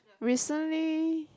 recently